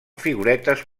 figuretes